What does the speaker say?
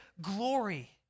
glory